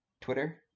twitter